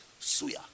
Suya